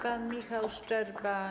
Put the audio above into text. Pan Michał Szczerba.